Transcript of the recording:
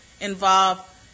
involve